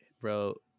Bro